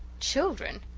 children!